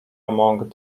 among